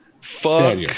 Fuck